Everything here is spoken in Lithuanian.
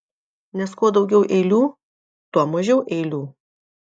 nes kuo daugiau eilių tuo mažiau eilių